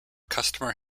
customer